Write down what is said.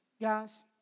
Guys